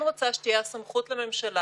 3,341 משתתפים.